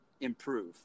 improve